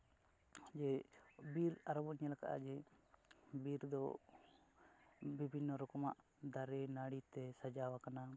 ᱡᱮ ᱵᱤᱨ ᱟᱨᱚᱵᱚᱱ ᱧᱮᱞᱟᱠᱟᱫᱼᱟ ᱡᱮ ᱵᱤᱨ ᱫᱚ ᱵᱤᱵᱷᱤᱱᱱᱚ ᱨᱚᱠᱚᱢᱟᱜ ᱫᱟᱨᱮ ᱱᱟᱹᱲᱤᱛᱮ ᱥᱟᱡᱟᱣᱟᱠᱟᱱᱟ